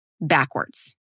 backwards